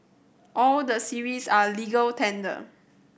all the series are legal tender